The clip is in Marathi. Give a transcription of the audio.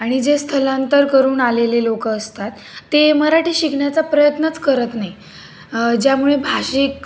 आणि जे स्थलांतर करून आलेले लोक असतात ते मराठी शिकण्याचा प्रयत्नच करत नाही ज्यामुळे भाषिक